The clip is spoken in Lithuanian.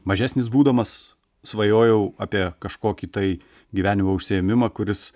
mažesnis būdamas svajojau apie kažkokį tai gyvenimo užsiėmimą kuris